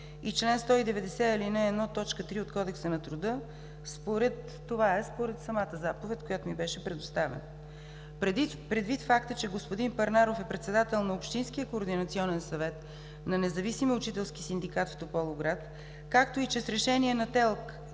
и чл. 190, ал. 1, т. 3 от Кодекса на труда – според самата заповед, която ми беше предоставена. Предвид факта, че господин Парнаров е председател на Общинския координационен съвет на Независимия учителски синдикат в Тополовград, както и че той самият е с решение на ТЕЛК,